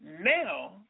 now